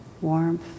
warmth